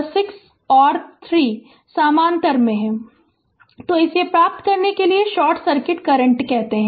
Refer Slide Time 1848 तो इसे प्राप्त करेंगे जिसे कि शॉर्ट सर्किट करंट कहते हैं